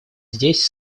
здесь